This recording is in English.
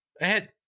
ahead